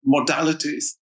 modalities